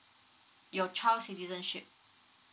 your child citizenship